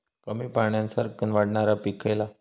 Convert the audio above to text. कमी पाण्यात सरक्कन वाढणारा पीक खयला?